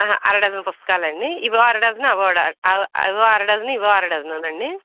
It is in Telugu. అర డజన్ పుస్తకాలండి ఇవొక అరడజను అవొక అవో అర డజను ఇవొక అర డజననండి